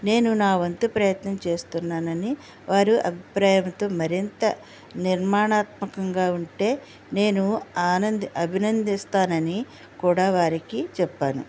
నేను నా వంతు ప్రయత్నం చేస్తున్నానని వారు అభిప్రాయంతో మరింత నిర్మాణాత్మకంగా ఉంటే నేను ఆనంద్ అభినందిస్తానని కూడా వారికి చెప్పాను